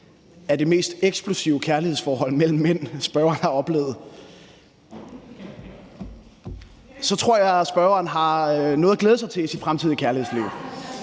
er det mest eksplosive kærlighedsforhold mellem mænd, som spørgeren har oplevet, tror jeg, at spørgeren har noget at glæde sig til i sit fremtidige kærlighedsliv.